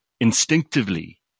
instinctively